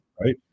right